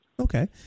Okay